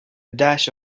dash